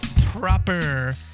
proper